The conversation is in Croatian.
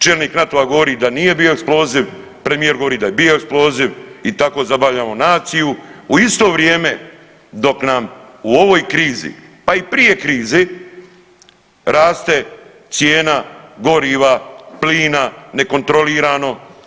Čelnik NATO-a govori da nije bio eksploziv, premijer govori da je bio eksploziv i tako zabavljamo naciju u isto vrijeme dok nam u ovoj krizi, pa i prije krize raste cijena goriva, plina, nekontrolirano.